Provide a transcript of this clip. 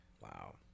Wow